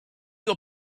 your